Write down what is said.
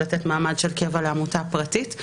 לתת מעמד של קבע לעמותה פרטית.